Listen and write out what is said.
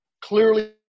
clearly